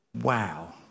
Wow